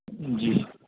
جی